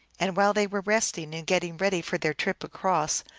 and while they were resting and getting ready for their trip across,